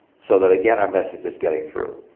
so that again, our message is getting through.